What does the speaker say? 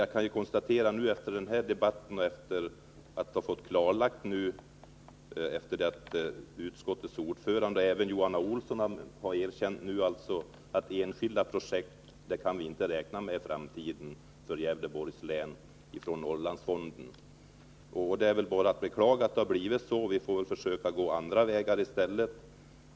Jag kan konstatera efter denna debatt och efter klarläggandet av utskottets ordförande och Johan Olsson, att enskilda projekt i Gävleborgs län i framtiden inte kan räkna med bidrag från Norrlandsfon Jag kan bara beklaga att det har blivit så. Vi får försöka gå andra vägar i stället.